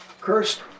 cursed